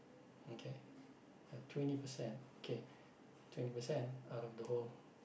okay twenty percent K twenty percent out of the whole